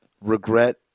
regret